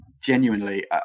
genuinely